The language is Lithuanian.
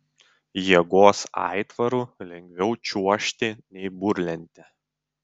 jėgos aitvaru lengviau čiuožti nei burlente